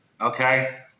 Okay